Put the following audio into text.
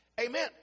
Amen